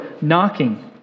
knocking